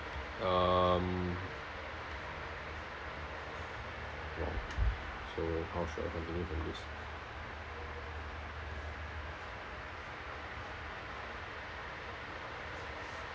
um !wow! so how should I continue from this